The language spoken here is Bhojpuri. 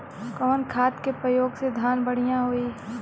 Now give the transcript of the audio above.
कवन खाद के पयोग से धान बढ़िया होई?